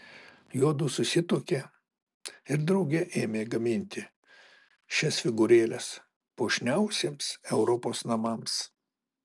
juodu susituokė ir drauge ėmė gaminti šias figūrėles puošniausiems europos namams